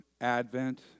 advent